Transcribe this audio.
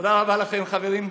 תודה רבה לכם, חברים.